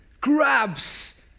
grabs